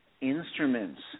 instruments